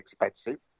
expensive